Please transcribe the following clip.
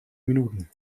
minuten